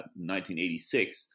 1986